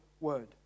word